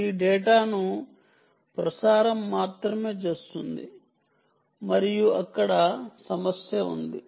అది డేటా ను ప్రసారం మాత్రమే వస్తుంది మరియు అక్కడ సమస్య ఉంది